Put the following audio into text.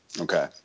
Okay